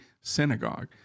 synagogue